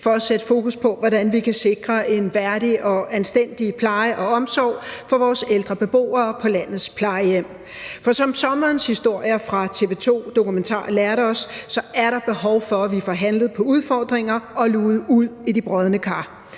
for at sætte fokus på, hvordan vi kan sikre en værdig og anstændig pleje og omsorg for vores ældre beboere på landets plejehjem. For som sommerens historier fra TV 2-dokumentaren lærte os, er der behov for, at vi får handlet på udfordringerne og luget ud i de brodne kar.